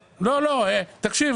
86%?